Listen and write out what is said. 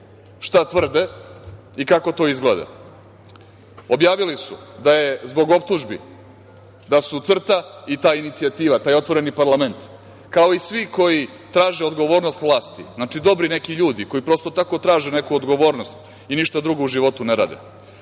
šta tvrde i kako to izgleda. Objavili su da je zbog optužbi, da su CRTA i ta "Inicijativa", taj otvoreni parlament, kao i svi koji traže odgovornost vlasti, znači dobri neki ljudi koji prosto tako traže neku odgovornost i ništa drugo u životu ne rade,